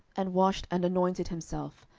and washed, and anointed himself,